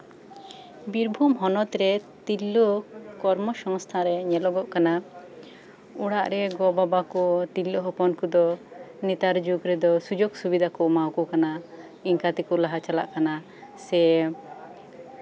ᱵᱤᱨᱵᱷᱩᱢ ᱦᱚᱱᱚᱛ ᱨᱮ ᱛᱤᱨᱞᱟᱹ ᱠᱚᱨᱢᱚᱥᱚᱝᱥᱛᱷᱚᱱ ᱨᱮ ᱧᱮᱞᱚᱜᱚᱜ ᱠᱟᱱᱟ ᱚᱲᱟᱜ ᱨᱮ ᱜᱚ ᱵᱟᱵᱟ ᱠᱚ ᱛᱤᱨᱞᱟᱹ ᱦᱚᱯᱚᱱ ᱠᱚᱫᱚ ᱱᱮᱛᱟᱨ ᱡᱩᱜᱽ ᱨᱮᱫᱚ ᱥᱩᱡᱳᱜᱽ ᱥᱩᱵᱤᱫᱟ ᱠᱚ ᱮᱢᱟ ᱠᱚ ᱠᱟᱱᱟ ᱤᱱᱠᱟᱹ ᱛᱮᱠᱚ ᱞᱟᱦᱟ ᱪᱟᱞᱟᱜ ᱠᱟᱱᱟ ᱥᱮ